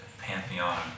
pantheon